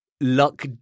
luck